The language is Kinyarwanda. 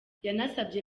yanabasabye